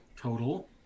total